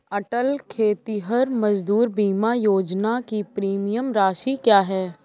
अटल खेतिहर मजदूर बीमा योजना की प्रीमियम राशि क्या है?